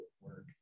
work